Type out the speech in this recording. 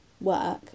work